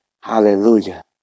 Hallelujah